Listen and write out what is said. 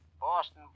Boston